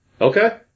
Okay